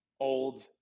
old